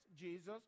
Jesus